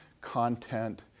content